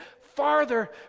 farther